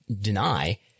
deny